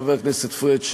חבר הכנסת פריג',